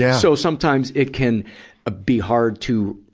yeah so sometimes, it can be hard to,